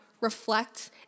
reflect